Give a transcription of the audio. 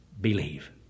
Believe